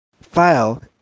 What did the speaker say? ...file